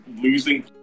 losing